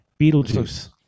Beetlejuice